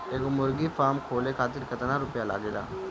एगो मुर्गी फाम खोले खातिर केतना रुपया लागेला?